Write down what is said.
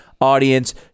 Audience